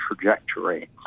trajectory